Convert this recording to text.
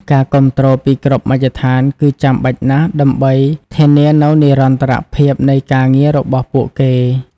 ការគាំទ្រពីគ្រប់មជ្ឈដ្ឋានគឺចាំបាច់ណាស់ដើម្បីធានានូវនិរន្តរភាពនៃការងាររបស់ពួកគេ។